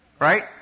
Right